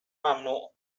ممنوع